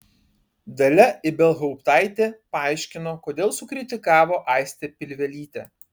dalia ibelhauptaitė paaiškino kodėl sukritikavo aistę pilvelytę